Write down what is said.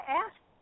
asked